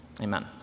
amen